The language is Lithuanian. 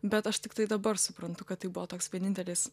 bet aš tiktai dabar suprantu kad tai buvo toks vienintelis